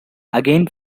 again